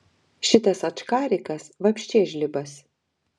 šitas ačkarikas vapše žlibas